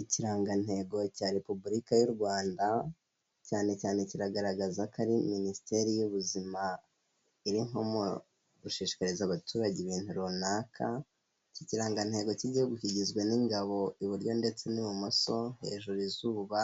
Ikirangantego cya Repubulika y'u Rwanda, cyane cyane kiragaragaza ko ari Minisiteri y'ubuzima, iri nko mu gushishikariza abaturage ibintu runaka, iki kirangantego cy'Igihugu kigizwe n'ingabo iburyo ndetse n'ibumoso, hejuru izuba,